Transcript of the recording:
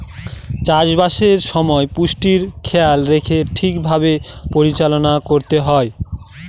চাষবাসের সময় পুষ্টির খেয়াল রেখে ঠিক ভাবে পরিচালনা করতে হয়